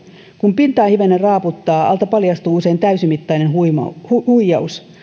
kun pintaa hivenen raaputtaa alta paljastuu usein täysimittainen huijaus huijaus